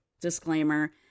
disclaimer